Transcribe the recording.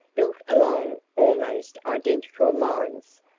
built along almost identical lines,